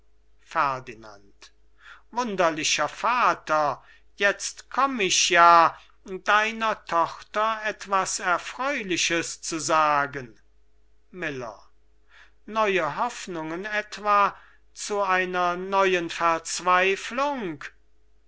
ferdinand wunderlicher vater jetzt komm ich ja deiner tochter etwas erfreuliches zu sagen miller neue hoffnungen etwa zu einer neuen verzweiflung